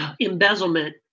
embezzlement